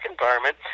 environment